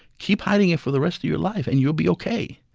keep hiding it for the rest of your life, and you'll be ok.